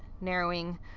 narrowing